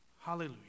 Hallelujah